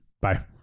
bye